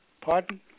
Pardon